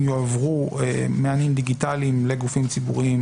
יועברו מענים דיגיטליים לגופים ציבוריים,